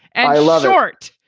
and i love art.